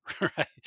right